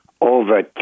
over